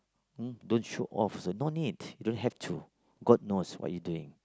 um don't show off Zul don't need you don't have to god knows what you doing